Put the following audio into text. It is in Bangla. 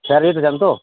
শেয়ারে যেতে চান তো